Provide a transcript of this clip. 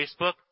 Facebook